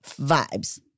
vibes